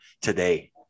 today